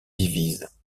divise